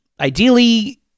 ideally